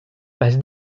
passes